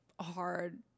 hard